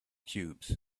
cubes